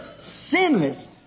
Sinless